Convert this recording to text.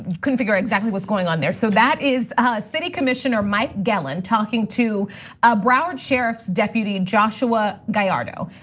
couldn't figure exactly what's going on there. so that is ah ah city commissioner mike gelin talking to ah broward sheriff's deputy joshua gallardo.